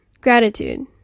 Gratitude